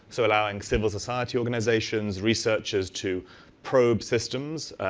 so allowing civil society organizations, researchers to probe systems,